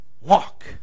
Walk